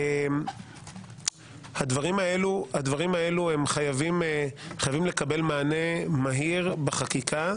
הדברים האלו חייבים לקבל מענה מהיר בחקיקה.